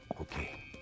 Okay